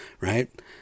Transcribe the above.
right